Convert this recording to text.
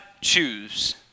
choose